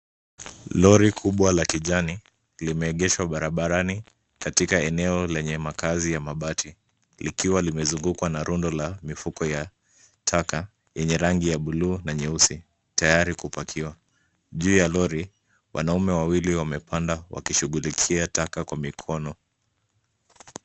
Lori kubwa la kijani limeegeshwa barabarani katika eneo lenye makaazi yenye mabati likiwa limezungukwa na rundo la mifuko ya taka, yenye rangi ya buluu na nyeusi, tayari kupakiwa. Juu ya lori, wanaume wawili wamepanda wakishugulikia taka kwa mikono.